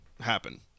happen